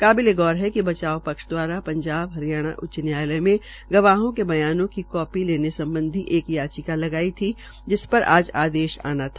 काबिलेगौर है कि बचाव पक्ष दवारा पंजाब हरियाणा उच्च न्यायालय में गवाहों के बयानों की कापी लेने सम्बधी एक याचिका लगाई थी जिस पर आज आदेश आना था